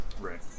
Right